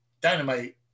Dynamite